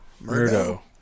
Murdo